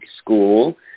School